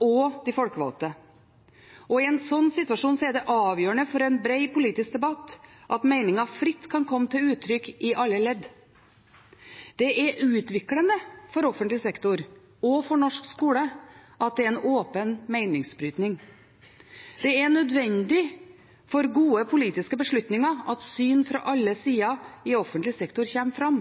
og de folkevalgte, og i en slik situasjon er det avgjørende for en bred politisk debatt at meninger fritt kan komme til uttrykk i alle ledd. Det er utviklende for offentlig sektor og for norsk skole at det er en åpen meningsbrytning. Det er nødvendig for gode politiske beslutninger at syn fra alle sider i offentlig sektor kommer fram.